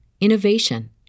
innovation